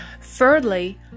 Thirdly